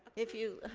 if you,